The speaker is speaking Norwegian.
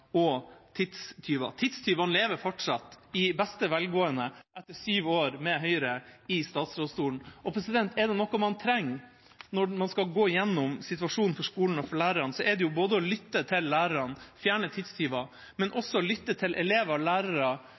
og tidstyver. Tidstyvene lever fortsatt i beste velgående etter syv år med Høyre i statsrådstolen. Er det noe man trenger når man skal gå gjennom situasjonen for skolene og lærerne, er det både å lytte til lærerne og fjerne tidstyvene og også å lytte til elever, lærerstudenter og